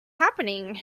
happening